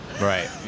Right